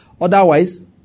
Otherwise